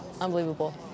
unbelievable